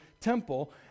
temple